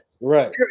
Right